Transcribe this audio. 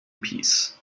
peace